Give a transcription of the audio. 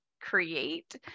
create